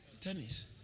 tennis